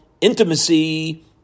intimacy